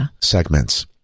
segments